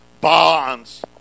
bonds